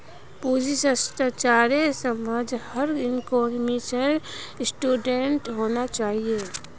पूंजी स्ट्रक्चरेर समझ हर इकोनॉमिक्सेर स्टूडेंटक होना चाहिए